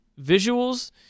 visuals